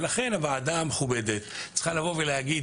לכן הוועדה המכובדת צריכה לבוא ולהגיד